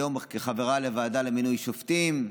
היום כחברה בוועדה למינוי שופטים.